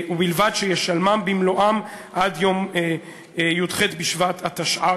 ובלבד שישלמם במלואם עד יום י"ח בשבט התשע"ג,